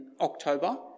October